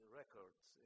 records